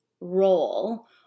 role